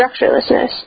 structurelessness